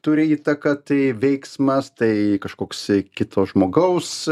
turi įtaką tai veiksmas tai kažkoks kito žmogaus